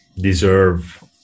deserve